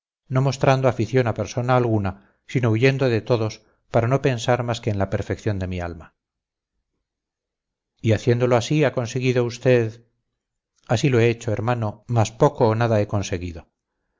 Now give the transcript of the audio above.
no mostrando afición a persona alguna sino huyendo de todos para no pensar más que en la perfección de mi alma y haciéndolo así ha conseguido usted así lo he hecho hermano mas poco o nada he conseguido